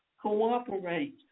cooperate